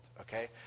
okay